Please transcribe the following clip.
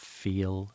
feel